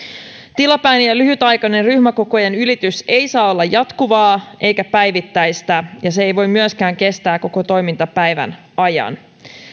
tilapäinen ja lyhytaikainen ryhmäkokojen ylitys ei saa olla jatkuvaa eikä päivittäistä ja se ei voi myöskään kestää koko toimintapäivän ajan